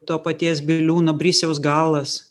to paties biliūno brisiaus galas